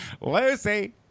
Lucy